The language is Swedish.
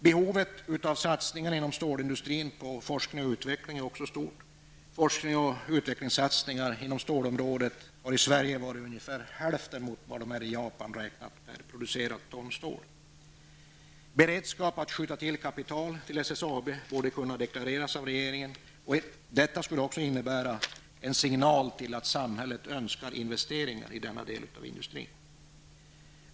Behovet av satsningar inom stålindustrin på forskning och utveckling är också stort. Forskningsoch utvecklingssatsningar på stålområdet har i Sverige varit ungefär hälften av vad de är i Japan räknat per producerat ton stål. Beredskap att skjuta till kapital till SSAB borde kunna deklareras av regeringen. Detta skulle också innebära en signal till att samhället önskar investeringar i denna del av industrin.